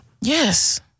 Yes